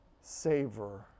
savor